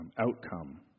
Outcome